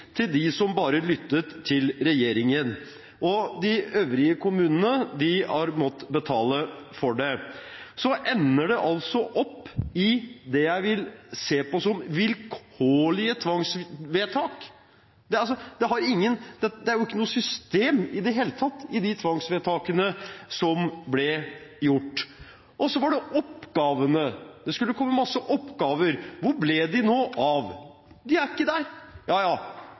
til dem som bare lyttet til regjeringen. De øvrige kommunene har måttet betale for det. Så ender det altså opp i det jeg vil se på som vilkårlige tvangsvedtak. Det er ikke noe system i det hele tatt i de tvangsvedtakene som ble gjort. Så var det oppgavene. Det skulle komme masse oppgaver. Hvor ble de nå av? De er ikke der. Ja ja,